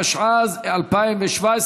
התשע"ז 2017,